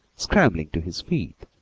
scrambling to his feet.